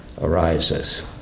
arises